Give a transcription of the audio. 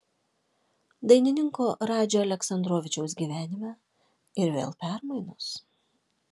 dainininko radži aleksandrovičiaus gyvenime ir vėl permainos